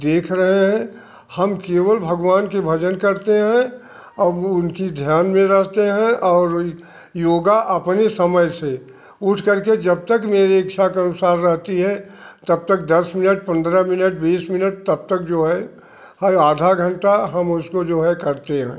देख रहे हैं हम केवल भगवान के भजन करते हैं और वो उनकी ध्यान में रहते हैं और योगा अपने समय से उठकर के जब तक मेरी इच्छा के अनुसार रखी है तब तक दस मिनट पन्द्रह मिनट बीस मिनट तब तक जो है हर आधा घंटा हम उसको जो है करते हैं